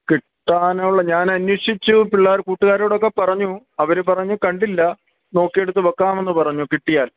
കിട്ടാനുള്ള ഞാൻ അനേഷിച്ചു പിള്ളേർ കൂട്ടുകാരോടൊക്കെ പറഞ്ഞു അവര് പറഞ്ഞു കണ്ടില്ല നോക്കി എടുത്ത് വെക്കാമെന്ന് പറഞ്ഞു കിട്ടിയാൽ